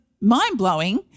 mind-blowing